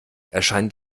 erscheint